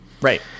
Right